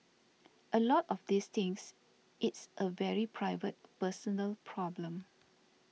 a lot of these things it's a very private personal problem